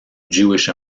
jewish